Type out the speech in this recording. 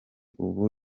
ubu